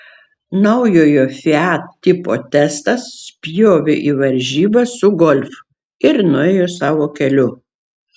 naujojo fiat tipo testas spjovė į varžybas su golf ir nuėjo savo keliu